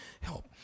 help